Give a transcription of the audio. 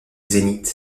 zénith